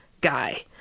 guy